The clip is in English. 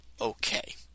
okay